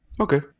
Okay